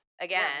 again